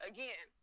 Again